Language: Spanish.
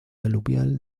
aluvial